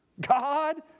God